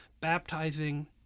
baptizing